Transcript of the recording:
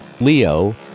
Leo